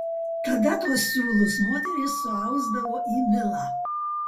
tada tuos siūlus moterys suausdavo į milą